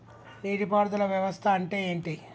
నీటి పారుదల వ్యవస్థ అంటే ఏంటి?